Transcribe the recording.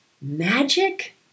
magic